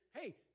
hey